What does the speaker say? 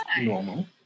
normal